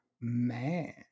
Man